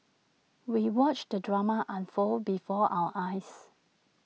we watched the drama unfold before our eyes